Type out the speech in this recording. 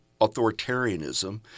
authoritarianism